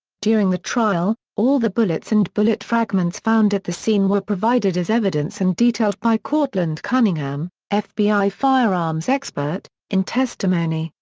during the trial, all the bullets and bullet fragments found at the scene were provided as evidence and detailed by cortland cunningham, fbi firearms expert, in testimony.